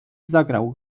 zagrał